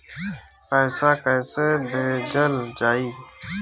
पैसा कैसे भेजल जाइ?